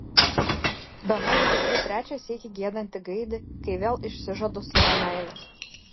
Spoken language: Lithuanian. bemaž girdžiu trečią sykį giedantį gaidį kai vėl išsižadu savo meilės